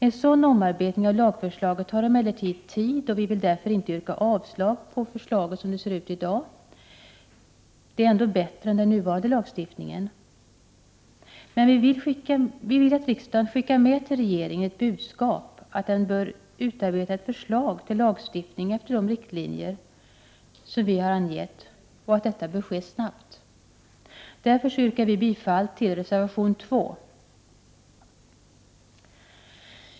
En sådan omarbetning av lagförslaget tar emellertid tid, och vi vill därför inte yrka avslag på förslaget som det ser ut i dag — det är ändå bättre än den nuvarande lagstiftningen — men vi vill att riksdagen skickar med till regeringen ett budskap att den bör utarbeta förslag till lagstiftning efter de riktlinjer som vi har angett och att det bör ske snabbt. Därför yrkar vi bifall till reservation 2.